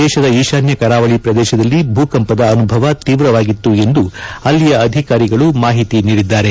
ದೇಶದ ಈಶಾನ್ಯ ಕರಾವಳಿ ಪ್ರದೇಶದಲ್ಲಿ ಭೂಕಂಪದ ಅನುಭವ ತಿವ್ರವಾಗಿತ್ತು ಎಂದು ಅಲ್ಲಿಯ ಅಧಿಕಾರಿಗಳು ಮಾಹಿತಿ ನೀಡಿದ್ದಾರೆ